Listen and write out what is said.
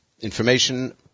information